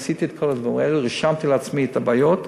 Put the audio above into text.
עשיתי את כל הדברים האלה, רשמתי לעצמי את הבעיות,